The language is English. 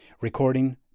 recording